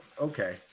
okay